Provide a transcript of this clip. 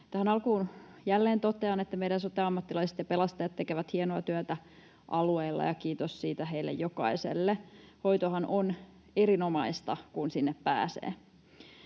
Tähän alkuun jälleen totean, että meidän sote-ammattilaiset ja pelastajat tekevät hienoa työtä alueilla, ja kiitos siitä heille jokaiselle. Hoitohan on erinomaista, kun sinne pääsee.